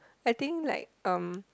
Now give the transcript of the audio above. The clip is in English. I think like um